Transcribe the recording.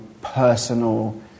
personal